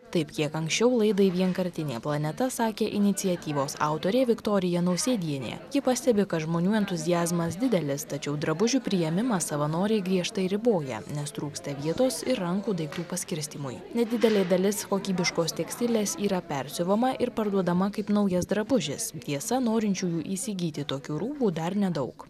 taip kiek laidai vienkartinė planeta sakė iniciatyvos autorė viktorija nausėdienė ji pastebi kad žmonių entuziazmas didelis tačiau drabužių priėmimą savanoriai griežtai riboja nes trūksta vietos ir rankų daiktų paskirstymui nedidelė dalis kokybiškos tekstilės yra persiuvama ir parduodama kaip naujas drabužis tiesa norinčiųjų įsigyti tokių rūbų dar nedaug